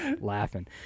laughing